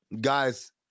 guys